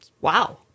Wow